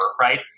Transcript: right